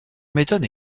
m’étonne